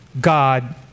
God